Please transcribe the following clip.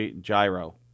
Gyro